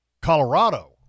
Colorado